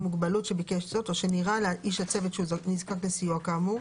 מוגבלות שביקש זאת או שנראה לאיש הצוות שהוא נזקק לסיוע כאמור,